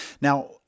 Now